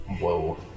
Whoa